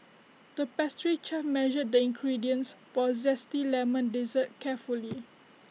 the pastry chef measured the ingredients for A Zesty Lemon Dessert carefully